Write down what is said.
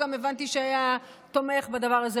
הבנתי שהיה תומך בדבר הזה.